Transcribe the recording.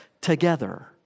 together